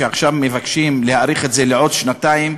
שעכשיו מבקשים להאריך לעוד שנתיים,